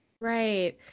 right